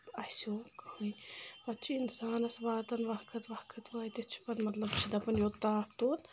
اَسہِ ہٮ۪وٗ کٔہیٖنۍ پَتہٕ چھُ اِنسانَس واتان وقت وقت وٲتِتھ چھُ پَتہٕ مطلب یہِ چھُ دَپان یوٚت تاپھ توت